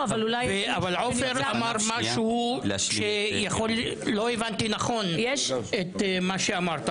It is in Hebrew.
אבל עופר אמר משהו שיכול לא הבנתי נכון את מה שאמרת,